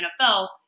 NFL